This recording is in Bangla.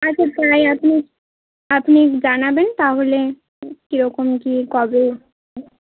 আচ্ছা তাই আপনি আপনি জানাবেন তাহলে কীরকম কী কবে